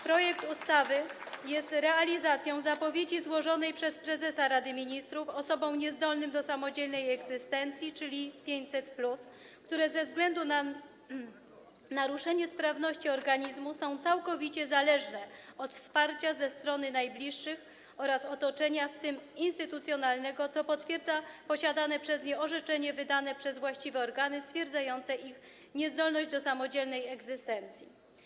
Projekt ustawy jest realizacją zapowiedzi przedstawionej przez prezesa Rady Ministrów osobom niezdolnym do samodzielnej egzystencji, dotyczącej 500+ dla osób niepełnosprawnych, które ze względu na naruszenie sprawności organizmu są całkowicie zależne od wsparcia ze strony najbliższych oraz otoczenia, w tym instytucjonalnego, co potwierdza posiadane przez nie orzeczenie wydane przez właściwe organy, stwierdzające ich niezdolność do samodzielnej egzystencji.